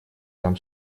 там